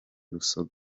busogo